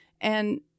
And-